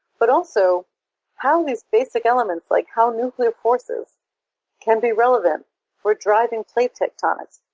but also how these basic elements like how nuclear forces can be relevant for driving plate tectonics,